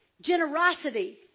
generosity